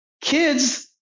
kids